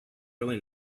really